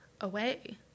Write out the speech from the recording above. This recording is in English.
away